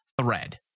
thread